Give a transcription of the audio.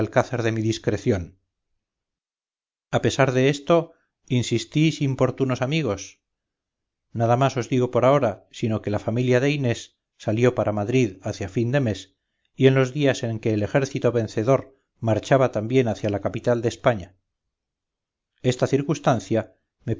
alcázar de mi discreción a pesar de esto insistís importunos amigos nada más os digo por ahora sino que la familia de inés salió para madrid hacia fin de mes y en los días en que el ejército vencedor marchaba también hacia la capital de españa esta circunstancia